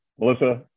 Melissa